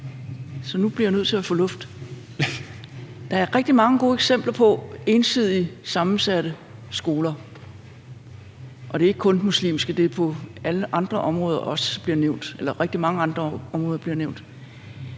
så nu bliver jeg nødt til at få luft. Der er rigtig mange gode eksempler på ensidigt sammensatte skoler, og det er ikke kun muslimske, det er også på rigtig mange andre områder, der bliver nævnt.